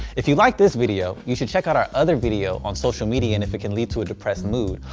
if you like this video, you should check out our other video on social media and if it can lead to a depressed mood.